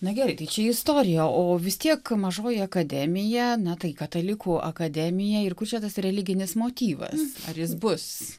na gerai tai čia istorija o vis tiek mažoji akademija na tai katalikų akademija ir kur čia tas religinis motyvas ar jis bus